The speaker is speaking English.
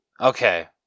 Okay